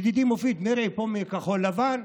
ידידי מופיד מרעי מכחול לבן,